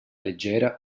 leggera